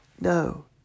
no